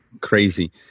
Crazy